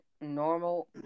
normal